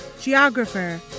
Geographer